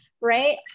right